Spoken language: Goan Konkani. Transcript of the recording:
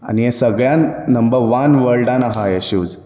आनी हे सगळ्यांत नंबर वन वर्ल्डान आसात हे शूज